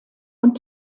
und